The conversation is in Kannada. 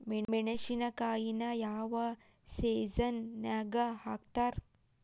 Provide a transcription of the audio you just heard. ಮೆಣಸಿನಕಾಯಿನ ಯಾವ ಸೇಸನ್ ನಾಗ್ ಹಾಕ್ತಾರ?